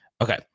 Okay